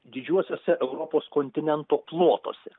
didžiuosiuose europos kontinento plotuose